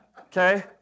okay